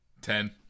Ten